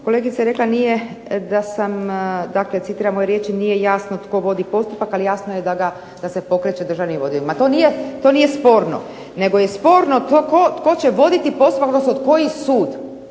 citira moje riječi: "nije jasno tko vodi postupak, ali jasno je da se pokreće državnim odjelima." To nije sporno, nego je sporno to tko će voditi postupak, odnosno koji sud?